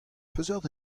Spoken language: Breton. peseurt